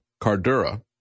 Cardura